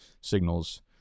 signals